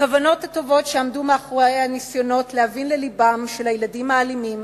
הכוונות הטובות שעמדו מאחורי הניסיונות להבין ללבם של הילדים האלימים